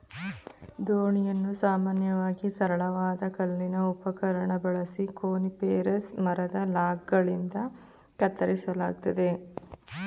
ದೋಣಿಯನ್ನು ಸಾಮಾನ್ಯವಾಗಿ ಸರಳವಾದ ಕಲ್ಲಿನ ಉಪಕರಣ ಬಳಸಿ ಕೋನಿಫೆರಸ್ ಮರದ ಲಾಗ್ಗಳಿಂದ ಕತ್ತರಿಸಲಾಗ್ತದೆ